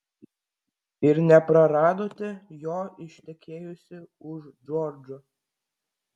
ir nepraradote jo ištekėjusi už džordžo